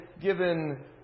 given